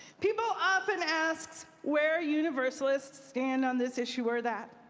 people often ask where universalists stabbed on this issue or that,